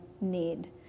need